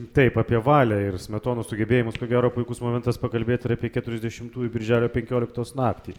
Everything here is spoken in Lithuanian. taip apie valią ir smetonos sugebėjimus ko gero puikus momentas pakalbėt ir apie keturiasdešimtųjų birželio penkioliktos naktį